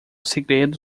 segredo